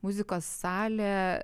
muzikos salė